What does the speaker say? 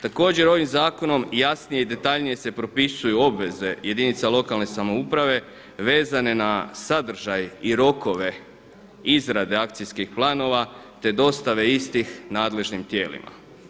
Također ovim zakonom jasnije i detaljnije se propisuju obveze jedinica lokalne samouprave vezane na sadržaj i rokove izrade akcijskih planova te dostave istih nadležnim tijelima.